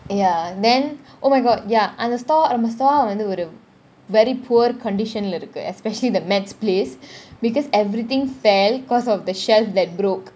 ya then oh my god ya அந்த :antha stall அந்த :antha stall வந்து ஒரு :vanthu oru very poor condition lah இருக்கு :iruku especially the mat's place because everything fell because of the shelf that broke